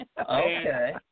Okay